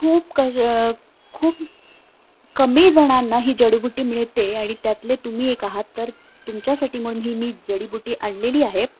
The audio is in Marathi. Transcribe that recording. खूप कश खूप कमी जणांना ही जडीबुटी मिळते आणि त्यातले तुम्ही एक आहात तर तुमच्यासाठी म्हणून ही मी जडीबुटी आणलेली आहे